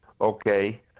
okay